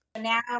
now